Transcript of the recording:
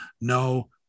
no